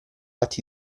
atti